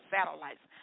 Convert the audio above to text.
Satellites